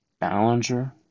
Ballinger